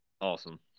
Awesome